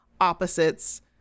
opposites